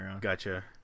Gotcha